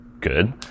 good